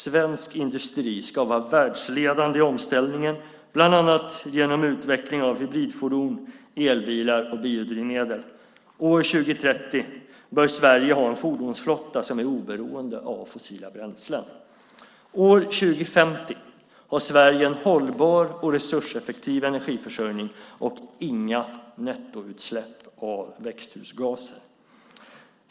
Svensk industri ska vara världsledande i omställningen, bland annat genom utveckling av hybridfordon, elbilar och biodrivmedel. År 2030 bör Sverige ha en fordonsflotta som är oberoende av fossila bränslen. År 2050 har Sverige en hållbar och resurseffektiv energiförsörjning och inga nettoutsläpp av växthusgaser.